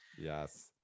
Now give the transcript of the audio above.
Yes